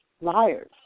liars